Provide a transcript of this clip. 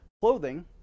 clothing